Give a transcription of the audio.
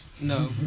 No